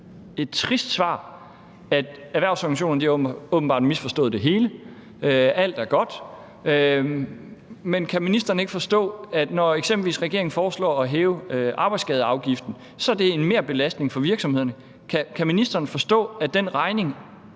et trist svar, at erhvervsorganisationerne åbenbart har misforstået det hele, og at alt er godt. Men kan ministeren ikke forstå, at når regeringen eksempelvis foreslår at hæve arbejdsskadeafgiften, er det en merbelastning for virksomhederne? Kan ministeren forstå, at den regning